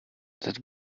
that